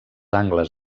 angles